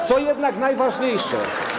Co jednak najważniejsze.